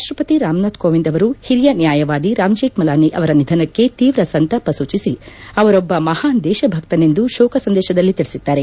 ರಾಷ್ಸಪತಿ ರಾಮನಾಥ್ ಕೋವಿಂದ್ ಅವರು ಹಿರಿಯ ನ್ಯಾಯವಾದಿ ರಾಮ್ ಜೇಶ್ನಲಾನಿ ಅವರ ನಿಧನಕ್ಕೆ ತೀವ್ರ ಸಂತಾಪ ಸೂಚಿಸಿ ಅವರೊಬ್ಬ ಮಹಾನ್ ದೇಶಭಕ್ತನೆಂದು ಶೋಕ ಸಂದೇಶದಲ್ಲಿ ತಿಳಿಸಿದ್ದಾರೆ